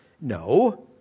No